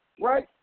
right